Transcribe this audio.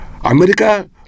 America